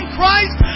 Christ